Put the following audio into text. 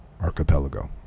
archipelago